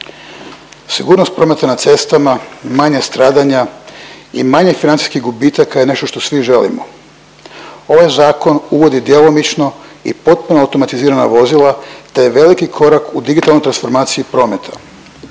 Sigurnost prometa na cestama, manje stradanja i manje financijskih gubitaka je nešto što svi želimo. Ovaj zakon uvodi djelomično i potpuno automatizirana vozila te je veliki korak u digitalnoj transformaciji prometa.